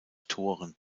toren